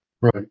Right